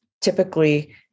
typically